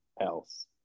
else